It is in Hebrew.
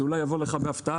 זה אולי ייבוא לך בהפתעה,